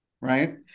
right